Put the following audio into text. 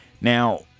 Now